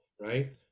right